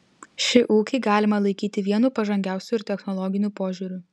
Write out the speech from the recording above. šį ūkį galima laikyti vienu pažangiausių ir technologiniu požiūriu